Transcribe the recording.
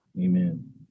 Amen